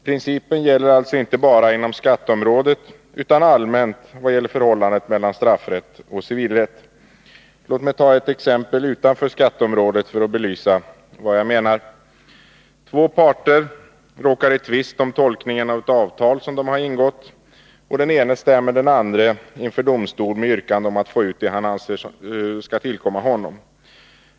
Principen gäller alltså inte bara inom skatteområdet, utan allmänt i fråga om förhållandet mellan straffrätt och civilrätt. Låt mig ta ett exempel utanför skatteområdet för att belysa vad jag menar: Två parter råkar i tvist om tolkningen av ett avtal som de har ingått, och den ene stämmer den andre inför domstol med yrkande om att få ut det han anser skall tillkomma honom.